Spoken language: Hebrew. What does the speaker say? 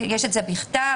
יש את זה בכתב?